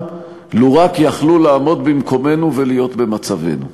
לו רק יכלו לעמוד במקומנו ולהיות במצבנו.